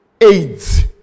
aids